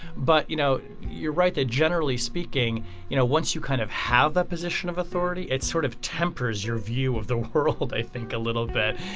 but you know you're right that generally speaking you know once you kind of have the position of authority it's sort of tempers your view of the world. i think a little bit.